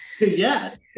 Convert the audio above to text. Yes